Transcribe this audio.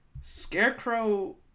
Scarecrow